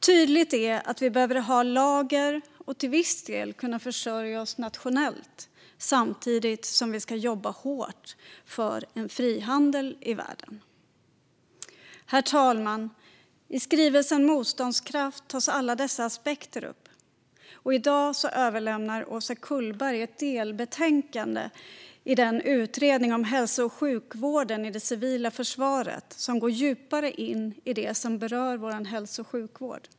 Tydligt är att vi behöver lager och till viss del behöver kunna försörja oss nationellt, samtidigt som vi ska jobba hårt för frihandel i världen. Herr talman! I skrivelsen Motståndskraft tas alla dessa aspekter upp, och i dag överlämnar Åsa Kullgren ett delbetänkande i den utredning om hälso och sjukvården i det civila försvaret som går djupare in i det som berör vår hälso och sjukvård.